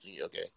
Okay